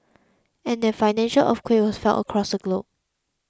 and that financial earthquake was felt across the globe